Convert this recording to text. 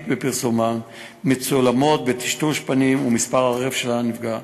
בפרסומן מצולמות בטשטוש פנים ומספר הרכב של הנפגע,